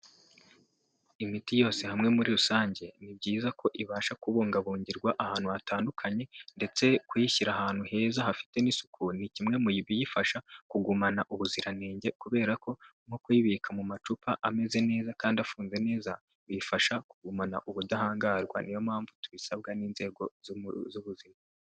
Imiti yose hamwe muri rusange, ni byiza ko ibasha kubungabungirwa ahantu hatandukanye, ndetse kuyishyira ahantu heza hafite n'isuku, ni kimwe mu biyifasha kugumana ubuziranenge, kubera ko nko kuyibika mu macupa ameze neza kandi afunze neza, bifasha kugumana ubudahangarwa, niyo mpamvu tubisabwa n'inzego z'ubuzima.